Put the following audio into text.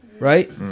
right